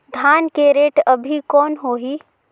धान के रेट अभी कौन होही?